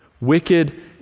wicked